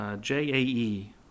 J-A-E